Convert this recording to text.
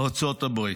ארצות הברית.